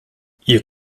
you